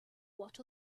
what